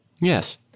Yes